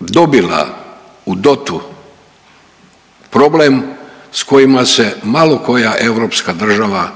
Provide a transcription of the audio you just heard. dobila u dotu problem s kojima se malo koja europska država